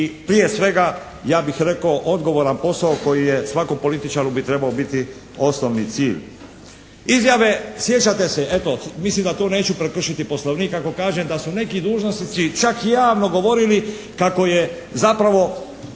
i prije svega ja bih rekao odgovoran posao koji bi svakom političaru trebao biti osnovni cilj. Izjave, sjećate se eto, mislim da to neću prekršiti poslovnik ako kažem da su neki dužnosnici čak i javno govorili kako je zapravo